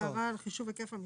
הערה על חישוב היקף המשרה.